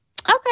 Okay